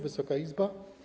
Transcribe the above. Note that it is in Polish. Wysoka Izbo!